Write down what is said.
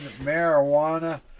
marijuana